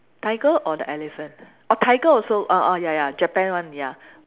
tiger or the elephant or tiger also ah ah ya ya Japan one ya